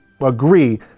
agree